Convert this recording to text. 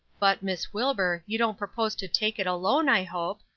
but, miss wilbur, you don't propose to take it alone, i hope!